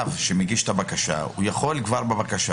החייב שמגיש את הבקשה יכול כבר בבקשה